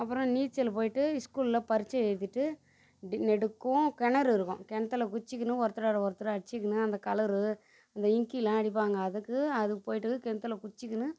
அப்புறம் நீச்சல் போயிட்டு ஸ்கூலில் பரீட்சை எழுதிட்டு டி நெடுக்கும் கிணறு இருக்கும் கிணத்துல குதிச்சுக்கின்னு ஒருத்தரோடு ஒருத்தர் அடிச்சுக்கின்னு அந்த கலர் அந்த இங்கேலாம் அப்படிங்கா அதுக்கு அது போயிட்டு கிணத்தில் குதிச்சுக்கின்னு